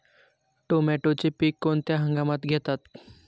टोमॅटोचे पीक कोणत्या हंगामात घेतात?